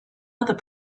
other